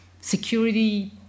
security